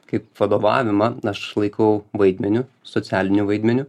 kaip vadovavimą aš laikau vaidmeniu socialiniu vaidmeniu